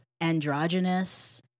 androgynous